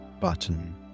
button